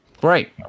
great